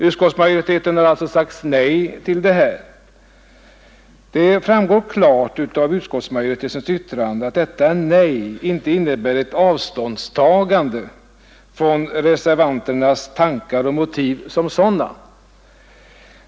Utskottsmajoriteten har sagt nej till detta. Det framgår klart av utskottsmajoritetens yttrande att detta nej inte innebär ett avståndstagande från reservanternas tankar och motiv som sådana.